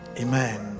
Amen